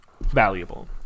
valuable